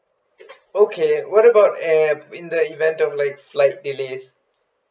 okay what about eh in the event of like flight delays